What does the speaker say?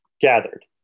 gathered